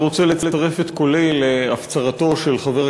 אני רוצה לצרף את קולי להפצרתו של חבר